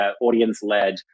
audience-led